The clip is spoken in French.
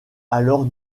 alors